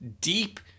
deep